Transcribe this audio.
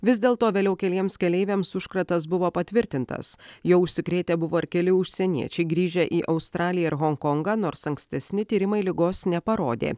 vis dėlto vėliau keliems keleiviams užkratas buvo patvirtintas jau užsikrėtę buvo ir keli užsieniečiai grįžę į australiją ir honkongą nors ankstesni tyrimai ligos neparodė